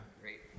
Great